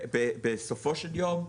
בסופו של יום,